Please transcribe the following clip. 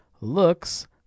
looks